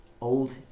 old